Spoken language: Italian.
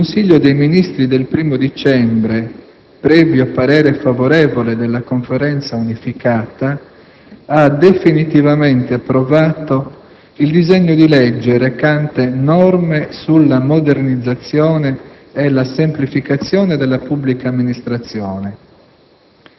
il Consiglio dei ministri del 1° dicembre, previo parere favorevole della Conferenza unificata, ha definitivamente approvato il disegno di legge recante norme sulla modernizzazione e la semplificazione della pubblica amministrazione